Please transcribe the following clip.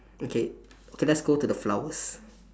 okay okay let's go to the flowers